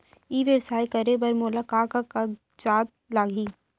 ई व्यवसाय करे बर मोला का का कागजात लागही?